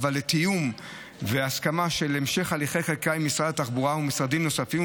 לתיאום והסכמה של המשך הליכי חקיקה עם משרד התחבורה ועם משרדים נוספים,